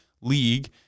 league